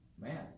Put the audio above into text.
man